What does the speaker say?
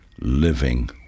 living